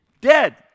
Dead